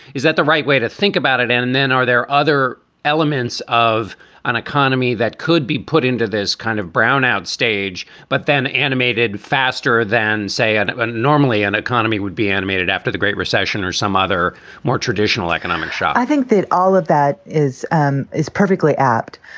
is that the right way to think about it? and and then are there other elements of an economy that could be put into this kind of brownout stage? but then animated faster than, say, and normally an economy would be animated after the great recession or some other more traditional economic shock? i think that all of that is and is perfectly apt.